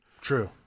True